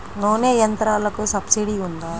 నూనె యంత్రాలకు సబ్సిడీ ఉందా?